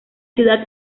ciudad